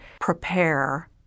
prepare